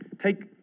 Take